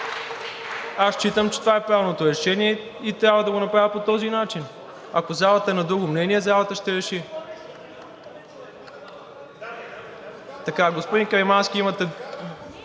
Аз считам, че това е правилното решение и трябва да го направя по този начин. Ако залата е на друго мнение, залата ще реши. (Шум и реплики.)